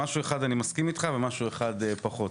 במשהו אחד אני מסכים איתך ובמשהו אחד פחות.